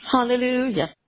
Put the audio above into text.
Hallelujah